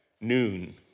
noon